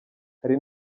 hari